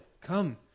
come